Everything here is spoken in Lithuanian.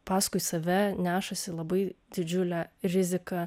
paskui save nešasi labai didžiulę riziką